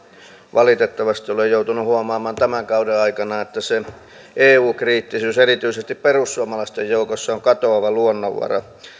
valitettavasti olen joutunut huomaamaan tämän kauden aikana että se eu kriittisyys erityisesti perussuomalaisten joukossa on katoava luonnonvara